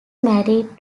married